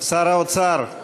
שר האוצר,